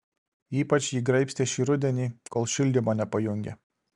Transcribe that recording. ypač jį graibstė šį rudenį kol šildymo nepajungė